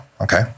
okay